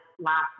last